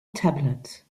tablet